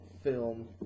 film